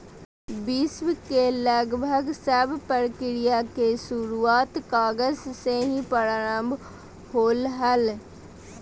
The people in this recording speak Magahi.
विश्व के लगभग सब प्रक्रिया के शुरूआत कागज से ही प्रारम्भ होलय हल